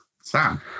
Sam